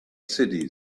cities